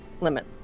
limit